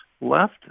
left